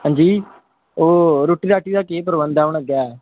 अंजी ओह् रुट्टी दा केह् प्रबंध ऐ अग्गें